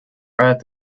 earth